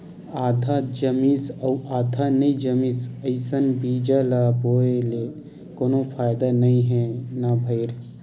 आधा जामिस अउ आधा नइ जामिस अइसन बीजा ल बोए ले कोनो फायदा नइ हे न भईर